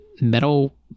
metal